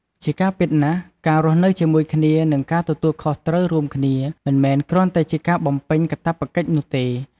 ជាការពិតណាស់ ការរស់នៅជាមួយគ្នា និងការទទួលខុសត្រូវរួមគ្នា មិនមែនគ្រាន់តែជាការបំពេញកាតព្វកិច្ចនោះទេ។